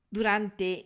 Durante